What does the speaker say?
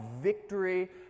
victory